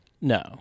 No